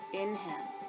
inhale